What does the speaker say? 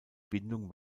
bindung